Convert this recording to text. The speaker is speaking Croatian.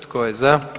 Tko je za?